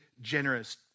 generous